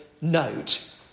note